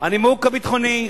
הנימוק הביטחוני,